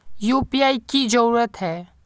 UPI की जरूरी है?